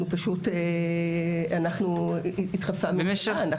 התחלפה ממשלה.